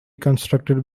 constructed